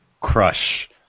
crush